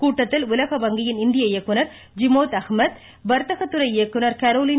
கூட்டத்தில் உலக வங்கியின் இந்திய இயக்குனர்கள் ஜீமேத் அகமத் வர்த்க துறை இயக்குனர் கரோலின்